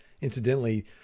Incidentally